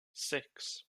six